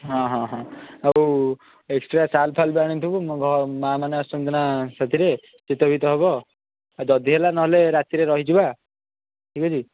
ହଁ ହଁ ହଁ ଆଉ ଏକ୍ସଟ୍ରା ଶାଲ୍ ଫାଲ୍ ବି ଆଣିଥିବୁ ଘ ମାଆ ମାନେ ଆସୁଛନ୍ତି ନା ସାଥିରେ ଶୀତ ଫିତ ହବ ଆଉ ଯଦି ହେଲା ନହେଲେ ରାତିରେ ରହିଯିବା ଠିକ୍ ଅଛି